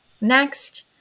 next